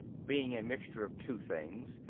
being a mixture of two things,